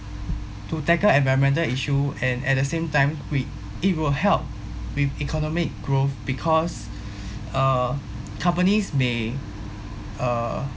to tackle environmental issue and at the same time we it will help with economic growth because uh companies may uh